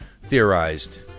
theorized